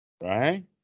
right